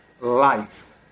life